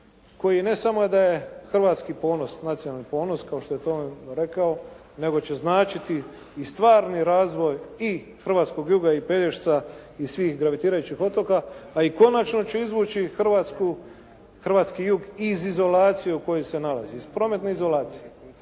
koji ne samo da je hrvatski ponos, nacionalni ponos, kao što je to rekao, nego će značiti i stvarni razvoj i hrvatskog juga i Pelješca i svih gravitirajućih otoka a i konačno će izvući hrvatsku, hrvatski jug iz izolacije u kojoj se nalazi, iz prometne izolacije.